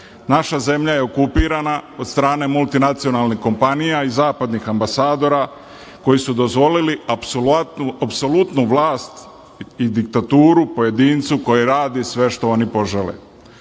zemlja je okupirana od strane multinacionalnih kompanija i zapadnih ambasadora koji su dozvolili apsolutnu vlast i diktaturu pojedincu koji radi sve što oni